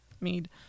Mead